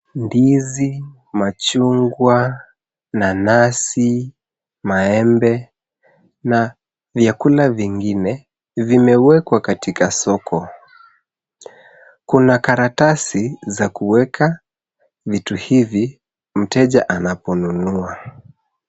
Ndizi, machungwa, nanasi, maembe, na vyakula vingine vimewekwa katika soko. Kuna karatasi za kuweka vitu hivi mteja anaponunua.